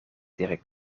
tegen